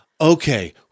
Okay